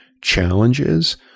challenges